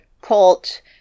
colt